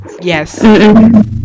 yes